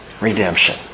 Redemption